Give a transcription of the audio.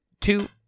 two